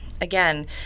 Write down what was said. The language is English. again